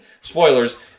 Spoilers